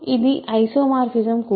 ఇది ఐసోమార్ఫిజం కూడా